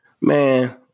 man